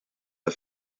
der